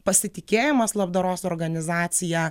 pasitikėjimas labdaros organizacija